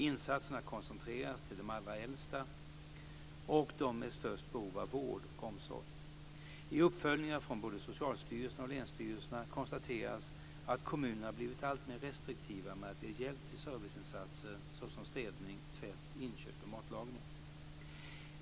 Insatserna koncentreras till de allra äldsta och de med störst behov av vård och omsorg. I uppföljningar från både Socialstyrelsen och länsstyrelserna konstateras att kommunerna blivit alltmer restriktiva med att ge hjälp till serviceinsatser såsom städning, tvätt, inköp och matlagning.